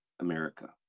America